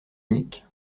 unique